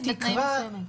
כמשמעותה בסעיף 2(ג)